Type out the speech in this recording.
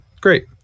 great